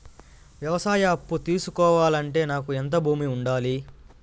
వ్యవసాయ అప్పు తీసుకోవాలంటే నాకు ఎంత భూమి ఉండాలి?